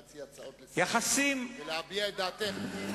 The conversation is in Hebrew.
להציע הצעות לסדר-היום ולהביע את דעתך.